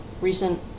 recent